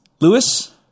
Lewis